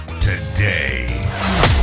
today